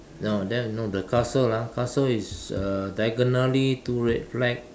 no that one no the castle lah castle is uh diagonally two red flag